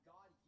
God